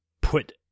put